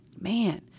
Man